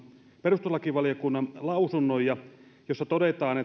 perustuslakivaliokunnan lausunnon jossa todetaan